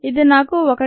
ఇది నాకు 1